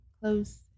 close